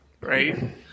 right